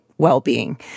well-being